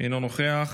אינו נוכח,